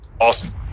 Awesome